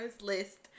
list